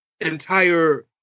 entire